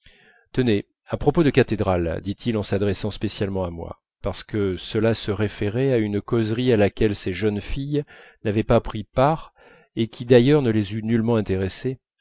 tenez à propos de cathédrales dit-il en s'adressant spécialement à moi parce que cela se référait à une causerie à laquelle ces jeunes filles n'avaient pas pris part et qui d'ailleurs ne les eût nullement intéressées